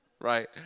Right